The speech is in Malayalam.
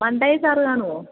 മണ്ടേ സാറ് കാണുമോ